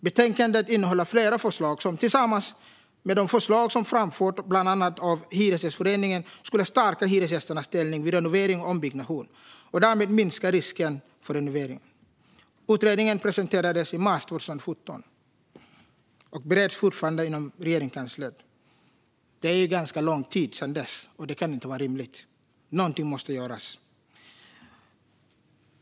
Betänkandet innehåller flera förslag som, tillsammans med de förslag som framförts av bland annat Hyresgästföreningen, skulle stärka hyresgästernas ställning vid renovering och ombyggnation och därmed minska risken för renovräkning. Utredningen presenterades i mars 2017 och bereds fortfarande inom Regeringskansliet. Det har gått ganska lång tid sedan dess, och det kan inte vara rimligt. Någonting måste göras.